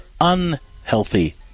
unhealthy